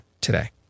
today